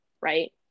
right